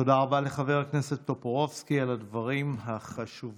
תודה רבה לחבר הכנסת טופורובסקי על הדברים החשובים.